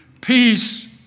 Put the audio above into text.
peace